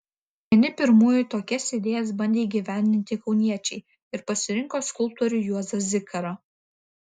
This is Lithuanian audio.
vieni pirmųjų tokias idėjas bandė įgyvendinti kauniečiai ir pasirinko skulptorių juozą zikarą